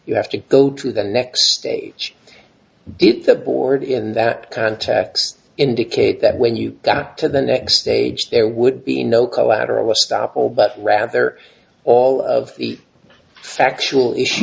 you have to go to the next stage if the board in that context indicate that when you got to the next stage there would be no collateral estoppel but rather all of the factual issue